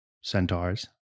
centaurs